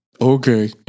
Okay